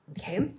Okay